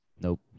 Nope